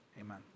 Amen